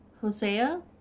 Hosea